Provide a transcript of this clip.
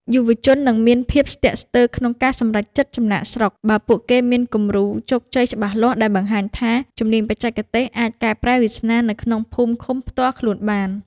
យុវជននឹងមានភាពស្ទាក់ស្ទើរក្នុងការសម្រេចចិត្តចំណាកស្រុក បើពួកគេមានគំរូជោគជ័យច្បាស់លាស់ដែលបង្ហាញថា ជំនាញបច្ចេកទេសអាចកែប្រែវាសនានៅក្នុងភូមិឃុំផ្ទាល់ខ្លួនបាន។